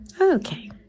Okay